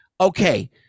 okay